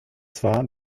zwar